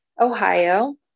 Ohio